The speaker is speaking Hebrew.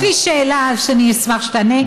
יש לי שאלה שאני אשמח שתענה.